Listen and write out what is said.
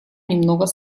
немного